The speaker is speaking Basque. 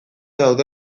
daude